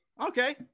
Okay